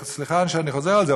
וסליחה שאני חוזר על זה,